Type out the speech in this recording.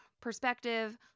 perspective